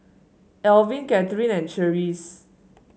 Elvin Catharine and Cherise